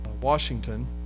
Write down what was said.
Washington